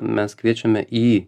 mes kviečiame į